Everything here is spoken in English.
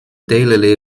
daily